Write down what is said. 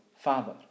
father